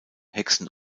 hexen